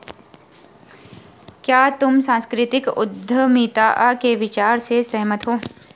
क्या तुम सांस्कृतिक उद्यमिता के विचार से सहमत हो?